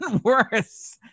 worse